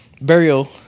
burial